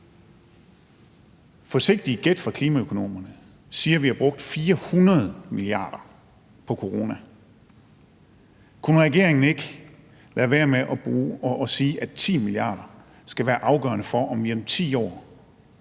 Forsigtige gæt fra klimaøkonomerne er, at vi har brugt 400 mia. kr. under corona. Kunne regeringen ikke lade være med at sige, at 10 mia. kr. skal være afgørende for, om vi lige nu